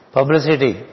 Publicity